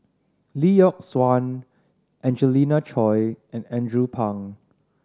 Lee Yock Suan Angelina Choy and Andrew Phang